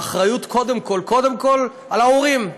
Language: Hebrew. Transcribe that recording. האחריות היא קודם כול על ההורים.